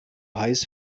heiß